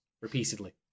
repeatedly